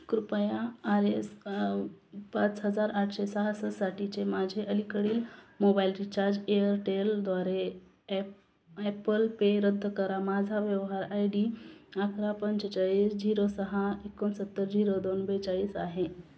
कृपया R S पाच हजार आठशे सहाससाठीचे माझे अलीकडील मोबाईल रिचार्ज एअरटेलद्वारे ॲप ॲपल पे रद्द करा माझा व्यवहार आय डी अकरा पंचेचाळीस झिरो सहा एकोणसत्तर झिरो दोन बेचाळीस आहे